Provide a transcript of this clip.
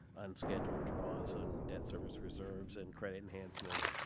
unscheduled draws on debt service reserves and credit enhancement,